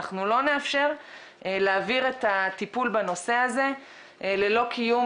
לא נאפשר להעביר את הטיפול בנושא הזה ללא קיום